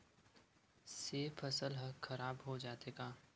से फसल ह खराब हो जाथे का?